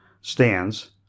stands